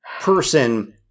person